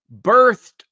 birthed